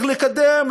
צריך לקדם,